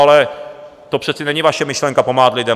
Ale to přece není vaše myšlenka, pomáhat lidem.